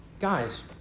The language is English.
guys